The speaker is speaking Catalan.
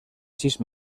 sis